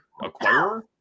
acquirer